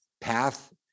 path